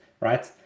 right